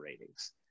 ratings